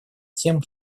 тем